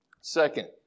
Second